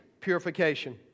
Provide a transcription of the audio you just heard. purification